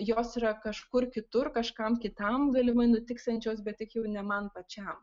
jos yra kažkur kitur kažkam kitam galimai nutiksiančios bet tik jau ne man pačiam